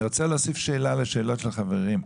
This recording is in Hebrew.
אני רוצה להוסיף שאלה לשאלות של החברים.